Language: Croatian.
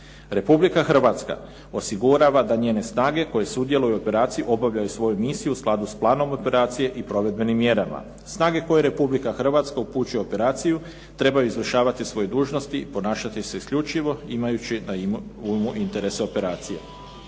Republika Hrvatska osigurava da njene snage koje sudjeluju u operaciji obavljaju svoju misiju u skladu s planom operacije i provedbenim mjerama. Snage koje Republika Hrvatska upućuje u operaciju trebaju izvršavati svoje dužnosti i ponašajući se isključivo imajući na umu interes operacije.